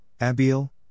Abiel